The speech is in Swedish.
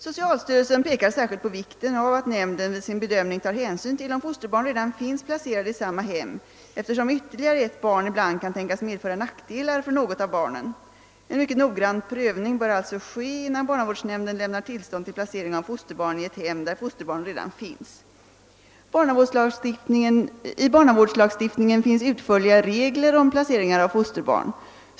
Socialstyrelsen pekar särskilt på vikten av att nämnden vid sin bedömning tar hänsyn till om fosterbarn redan finns placerade i samma hem, eftersom ytterligare ett barn ibland kan tänkas medföra nackdelar för något av barnen. En mycket noggrann prövning bör alltså ske, innan barnavårdsnämnden lämnar tillstånd till placering av fosterbarn i ett hem, där fosterbarn redan finns. I barnavårdslagstiftningen finns utförliga regler om placeringar av fosterbarn.